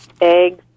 eggs